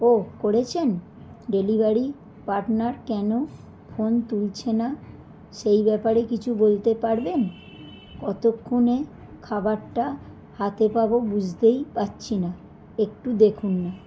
ও করেছেন delivery partner কেন phone তুলছে না সেই ব্যাপারে কিছু বলতে পারবেন কতক্ষণে খাবারটা হাতে পাবো বুঝতেই পারছি না একটু দেখুন না